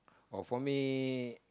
oh for me